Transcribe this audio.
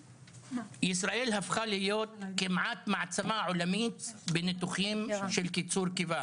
ישראל הפכה להיות כמעט מעצמה עולמית בניתוחים של קיצור קיבה